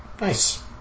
Nice